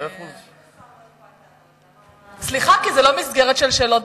אבל אם השר מוכן לענות, אז למה,